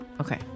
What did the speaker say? Okay